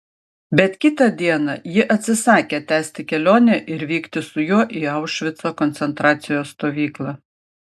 bet kitą dieną ji atsisakė tęsti kelionę ir vykti su juo į aušvico koncentracijos stovyklą